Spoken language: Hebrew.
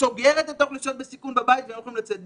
שסוגרת את האוכלוסיות בסיכון בבית והם לא יכולים לצאת.